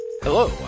Hello